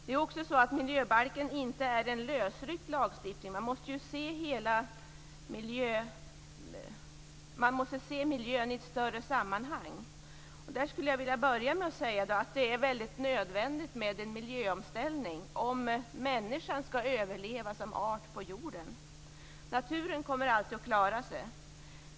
Det är också så att miljöbalken inte är en lösryckt lagstiftning. Man måste se miljön i ett större sammanhang. Det är nödvändigt med en miljöomställning om människan som art skall överleva på jorden. Naturen kommer alltid att klara sig.